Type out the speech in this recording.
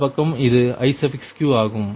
இந்த பக்கம் இது Iq ஆகும்